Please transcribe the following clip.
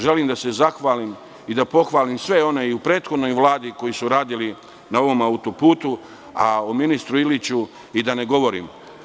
Želim da se zahvalim i da pohvalim sve one i u prethodnoj Vladi koji su radili na ovom autoputu, a o ministru Iliću i da ne govorim.